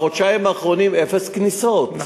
בחודשיים האחרונים, אפס כניסות.